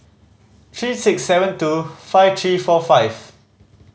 three six seven two five three four five